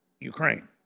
Ukraine